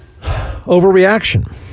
Overreaction